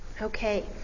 Okay